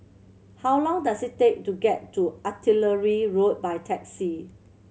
how long does it take to get to Artillery Road by taxi